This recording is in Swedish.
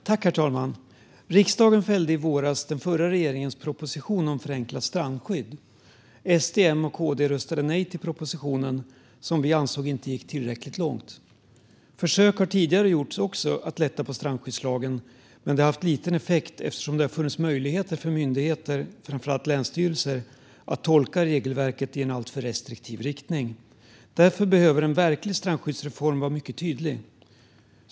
Herr talman! Riksdagen fällde i våras den förra regeringens proposition om förenklat strandskydd. SD, M och KD röstade nej till propositionen, som vi ansåg inte gick tillräckligt långt. Försök att lätta på strandskyddslagen har också tidigare gjorts, men de har haft liten effekt eftersom det har funnits möjligheter för myndigheter, framför allt länsstyrelser, att tolka regelverket i en alltför restriktiv riktning. Därför behöver en verklig strandskyddsreform vara mycket tydlig.